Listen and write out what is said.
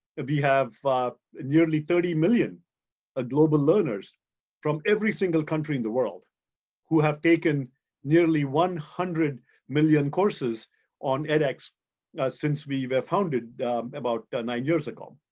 have nearly thirty million ah global learners from every single country in the world who have taken nearly one hundred million courses on edx since we were founded about nine years ago.